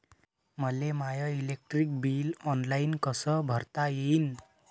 मले my electric bill online कस भरता येईन?